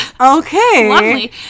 Okay